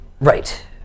Right